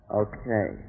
okay